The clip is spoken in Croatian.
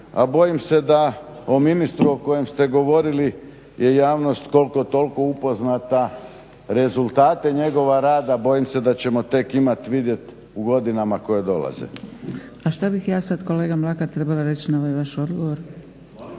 a bojim se da o ministru o kojem ste govorili je javnost koliko toliko upoznata. Rezultate njegova rada bojim se da ćemo tek imat vidjet u godinama koje dolaze. **Zgrebec, Dragica (SDP)** A šta bih ja sad kolega Mlakar trebala reći na ovaj vaš odgovor?